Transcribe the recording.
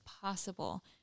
possible